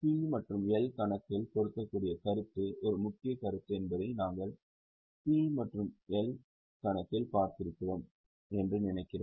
P மற்றும் L கணக்கில் பொருந்தக்கூடிய கருத்து ஒரு முக்கியமான கருத்து என்பதை நாங்கள் P மற்றும் L கணக்கில் பார்த்திருக்கிறோம் என்று நினைக்கிறேன்